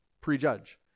prejudge